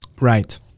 right